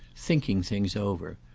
thinking things over,